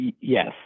Yes